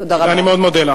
תודה רבה.